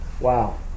Wow